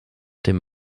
dem